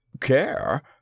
Care